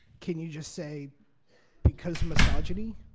can you just say because misogyny?